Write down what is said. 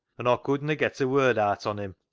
an' aw couldna get a word aat on him,